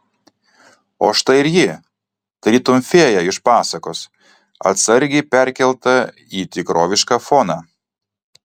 o štai ir ji tarytum fėja iš pasakos atsargiai perkelta į tikrovišką foną